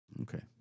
Okay